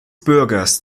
bürgers